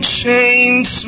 chains